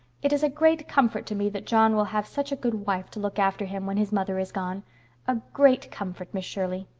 it is a great comfort to me that john will have such a good wife to look after him when his mother is gone a great comfort, miss shirley.